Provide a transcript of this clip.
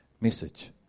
message